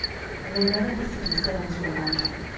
and the men of the city said unto elisha,